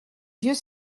vieux